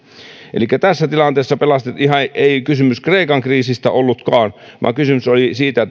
elikkä tässä tilanteessa ei kysymys kreikan kriisistä ollutkaan vaan kysymys oli siitä